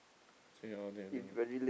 so you are not doing anything lah